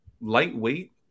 lightweight